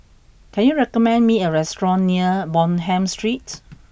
can you recommend me a restaurant near Bonham Street